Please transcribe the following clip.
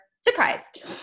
surprised